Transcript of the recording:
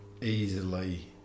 easily